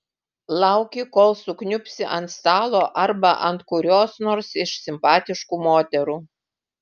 lauki kol sukniubsi ant stalo arba ant kurios nors iš simpatiškų moterų